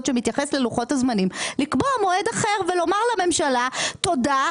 שמתייחס ללוחות הזמנים לקבוע מועד אחר ולומר לממשלה תודה,